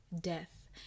death